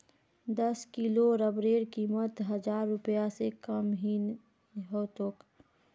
दस किलो रबरेर कीमत हजार रूपए स कम नी ह तोक